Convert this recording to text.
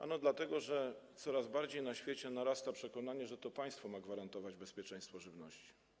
Ano dlatego, że w coraz większym stopniu na świecie narasta przekonanie, że to państwo ma gwarantować bezpieczeństwo żywności.